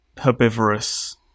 herbivorous